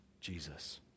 Jesus